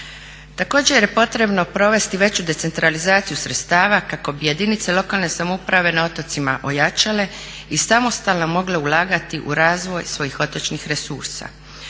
Također je potrebno provesti veću decentralizaciju sredstava kako bi jedinice lokalne samouprave na otocima ojačale i samostalno mogle ulagati u razvoj svojih otočnih resursa.